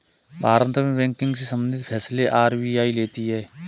भारत में बैंकिंग से सम्बंधित फैसले आर.बी.आई लेती है